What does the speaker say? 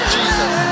Jesus